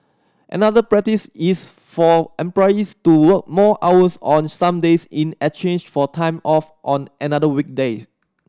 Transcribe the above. another practice is for employees to work more hours on some days in exchange for time off on another weekday